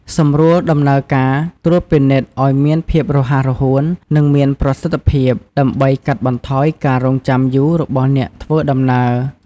សម្រួលដំណើរការត្រួតពិនិត្យឱ្យមានភាពរហ័សរហួន និងមានប្រសិទ្ធភាព ដើម្បីកាត់បន្ថយការរង់ចាំយូររបស់អ្នកធ្វើដំណើរ។